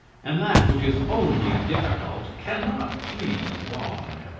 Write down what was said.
and that which is only difficult cannot please long.